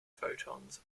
photons